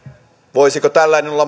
voisiko tällainen olla